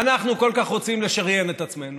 אנחנו כל כך רוצים לשריין את עצמנו,